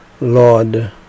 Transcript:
Lord